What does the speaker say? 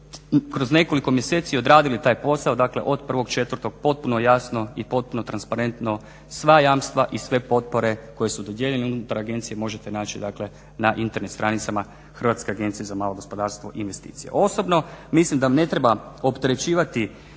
kroz nekoliko mjeseci odradili taj posao od 1.4.potpuno jasno i potpuno transparentno sva jamstva i sve potpore koje su dodijeljene unutar agencije možete naći na Internet stranicama HAMAG INVEST. Osobno, mislim da ne treba opterećivati